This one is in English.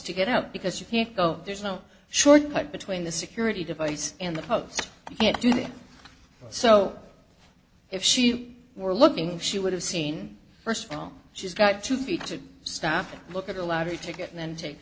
to get out because you can't go there's no shortcut between the security device and the post you can't do that so if she were looking she would have seen first of all she's got to be to stop and look at a lottery ticket and then take